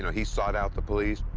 he sought out the police.